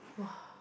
!woah!